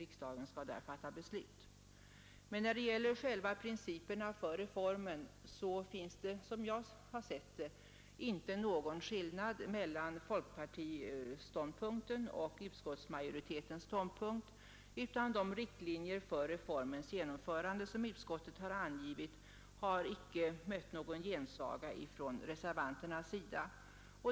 I fråga om själva principerna för reformen finns det som jag ser det inte någon skillnad mellan folkpartiståndpunkten och utskottsmajoritetens ståndpunkt, ty de riktlinjer för reformens genomförande som utskottet angivit har icke mött någon gensaga från reservanternas sida.